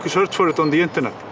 search for it on the internet.